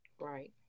Right